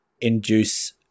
induce